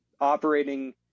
operating